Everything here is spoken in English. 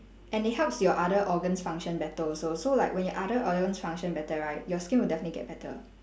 and it helps your other organs function better also so like when your other organs function better right your skin will definitely get better